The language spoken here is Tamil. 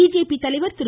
பிஜேபி தலைவர் திரு